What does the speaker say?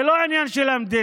זה לא עניין של המדינה,